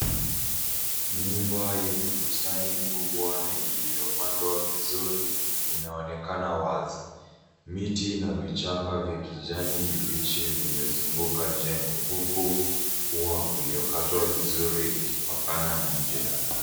Nyumba yenye bustani kubwa na iiyopandwa vizuri inaonekana wazi. Miti na vichaka vya kijani kibichi vimezunguka jengo huku ua uliokatwa vizuri ukipakana na njia.